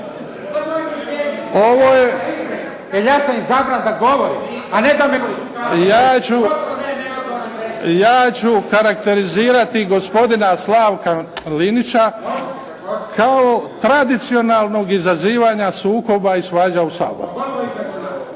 (HDZ)** Ja ću karakterizirati gospodina Slavka Linića kao tradicionalnog izazivanja sukoba i svađa u Saboru.